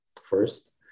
first